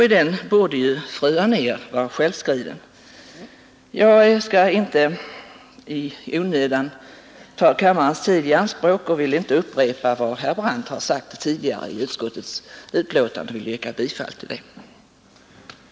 I den borde ju fru Anér vara självskriven. Jag skall inte i onödan ta kammarens tid i anspråk och vill inte upprepa vad herr Brandt har sagt tidigare om utskottets betänkande utan yrkar bifall till utskottets förslag.